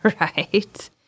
Right